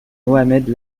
mohamed